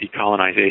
decolonization